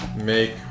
make